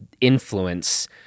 influence